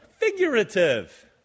figurative